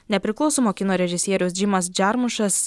nepriklausomo kino režisierius džimas džarmušas